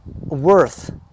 worth